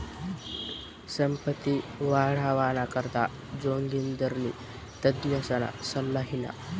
संपत्ती वाढावाना करता जोगिंदरनी तज्ञसना सल्ला ल्हिना